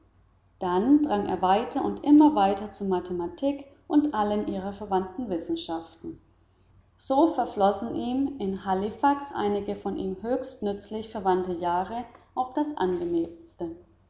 dann drang er weiter und immer weiter zur mathematik und allen ihr verwandten wissenschaften so verflossen ihm in halifax einige von ihm höchst nützlich verwandte jahre auf das